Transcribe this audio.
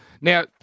Now